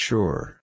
Sure